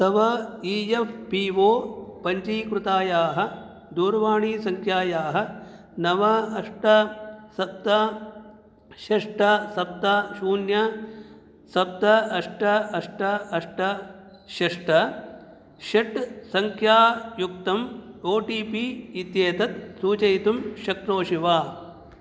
तव E F P O पञ्जीकृतायाः दूरवाणीसङ्ख्यायाः नव अष्ट सप्त षट् सप्त शून्यं सप्त अष्ट अष्ट अष्ट षट् षट्सङ्ख़यायुक्तम् ओ टी पी इत्येतत् सूचयितुं शक्नोषि वा